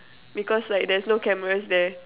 because like there's no cameras there